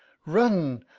run,